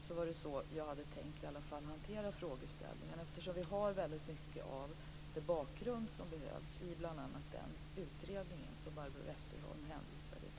Så hade jag tänkt att hantera frågan. Vi har den bakgrund som behövs i bl.a. den utredning som Barbro Westerholm hänvisade till.